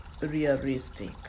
realistic